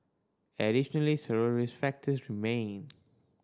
additionally several risk factors remain